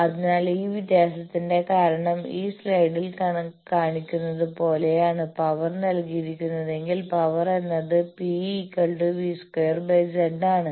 അതിനാൽ ഈ വ്യത്യാസത്തിന്റെ കാരണം ഈ സ്ലൈഡിൽ കാണിക്കുന്നത് പോലെയാണ് പവർ നൽകിയിരിക്കുന്നതെങ്കിൽ പവർ എന്നത് PV²Z ആണ്